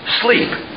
sleep